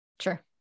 Sure